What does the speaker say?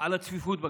על הצפיפות בכבישים?